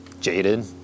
jaded